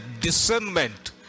discernment